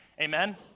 Amen